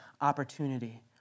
opportunity